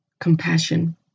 compassion